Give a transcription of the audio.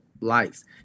lives